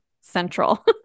central